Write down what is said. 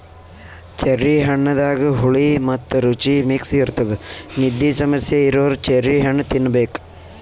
cherry ಹಣ್ಣದಾಗ್ ಹುಳಿ ಮತ್ತ್ ರುಚಿ ಮಿಕ್ಸ್ ಇರ್ತದ್ ನಿದ್ದಿ ಸಮಸ್ಯೆ ಇರೋರ್ ಚೆರ್ರಿ ಹಣ್ಣ್ ತಿನ್ನಬೇಕ್